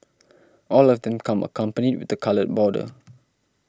all of them come accompanied with a coloured border